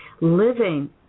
living